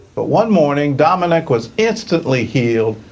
but one morning dominic was instantly healed,